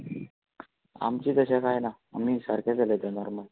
आमचें तशें कांय ना आमी सारकेंच उलयता नॉर्मल